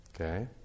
okay